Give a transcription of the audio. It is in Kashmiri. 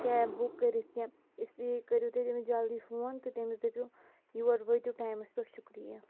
کیب بُک کٔرِتھ کیٚنٛہہ اِسلیے کٔرِو تُہۍ تٔمِس جلدی فون تہٕ تٔمِس دٔپِو یور وٲتِو ٹایمَس پؠٹھ شُکریہ